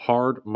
Hard